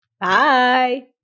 Bye